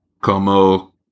como